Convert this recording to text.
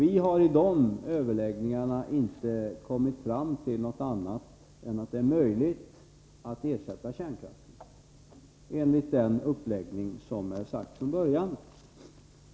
I de överläggningarna har vi inte kommit fram till något annat än att det är möjligt att ersätta kärnkraften enligt den uppläggning som slagits fast från början.